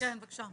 כן, בבקשה.